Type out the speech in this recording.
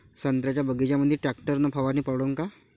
संत्र्याच्या बगीच्यामंदी टॅक्टर न फवारनी परवडन का?